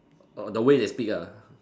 err the way they speak ah